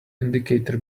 indicator